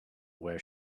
where